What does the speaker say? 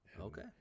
Okay